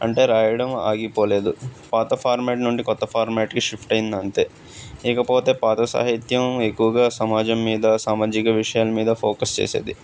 అంటే రాయడం ఆగిపోలేదు పాత ఫార్మాట్ నుండి కొత్త ఫార్మాట్కి షిఫ్ట్ అయ్యింది అంతే ఇకపోతే పాత సాహిత్యం ఎక్కువగా సమాజం మీద సామాజిక విషయాల మీద ఫోకస్ చేసేది